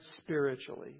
spiritually